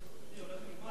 הזמן שלי הולך ונגמר.